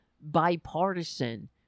bipartisan